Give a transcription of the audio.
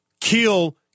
kill